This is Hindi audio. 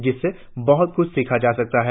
जिनसे बहुत कुछ सीखा जा सकता है